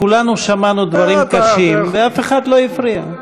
כולנו שמענו דברים קשים, ואף אחד לא הפריע.